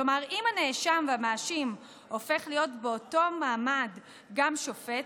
כלומר אם הנאשם והמאשים הופך להיות באותו מעמד גם שופט,